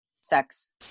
sex